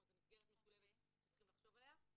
זאת אומרת זה מסגרת משולבת שצריכים לחשוב עליה.